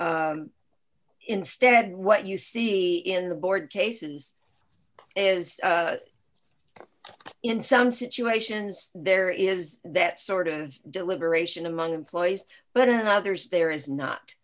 d instead what you see in the board cases is in some situations there is that sort of deliberation among employees but in others there is not